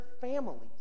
families